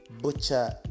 butcher